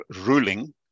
ruling